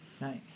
Nice